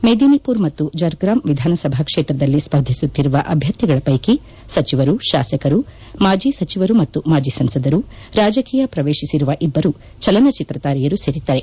ಮೇದಿನಿಪುರ್ ಮತ್ತು ಜರ್ಗ್ರಾಮ್ ವಿಧಾನಸಭಾ ಕ್ಷೇತ್ರದಲ್ಲಿ ಸ್ವರ್ಧಿಸುತ್ತಿರುವ ಅಭ್ಯರ್ಥಿಗಳ ಪ್ಯೆಕಿ ಸಚಿವರು ಶಾಸಕರು ಮಾಜಿ ಸಚಿವರು ಮತ್ತು ಮಾಜಿ ಸಂಸದರು ರಾಜಕೀಯ ಪ್ರವೇಶಿಸಿರುವ ಇಬ್ಬರು ಚಲನಚಿತ್ರ ತಾರೆಯರು ಸೇರಿದ್ದಾರೆ